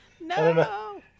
No